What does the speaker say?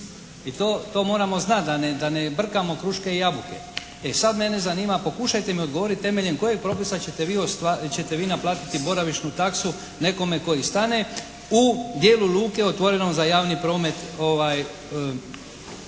I to moramo znati. Da ne brkamo kruške i jabuke. E sad mene zanima, pokušajte mi odgovoriti temeljem kojeg propisa ćete vi naplatiti boravišnu taksu nekome koji stane u dijelu luke otvorenom za javni promet u našim